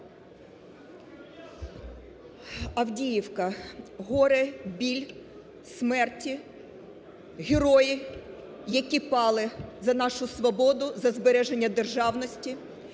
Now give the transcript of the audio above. Авдіївка – горе, біль, смерті, герої, які пали за нашу свободу, за збереження державності,